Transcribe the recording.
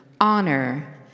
honor